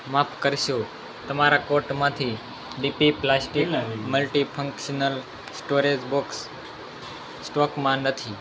માફ કરશો તમારા કોર્ટમાંથી D P plastic multifunctional storage box સ્ટોકમાં નથી